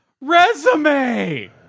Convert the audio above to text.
resume